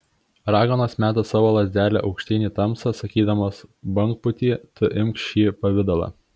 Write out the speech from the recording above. raganos meta savo lazdelę aukštyn į tamsą sakydamos bangpūty tu imk šį pavidalą